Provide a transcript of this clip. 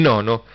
Nono